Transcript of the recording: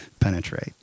penetrate